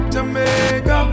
Jamaica